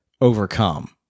overcome